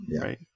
Right